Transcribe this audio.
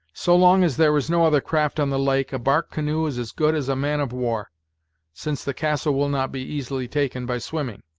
so long as there is no other craft on the lake, a bark canoe is as good as a man-of-war, since the castle will not be easily taken by swimming.